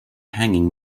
hanging